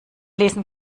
lesen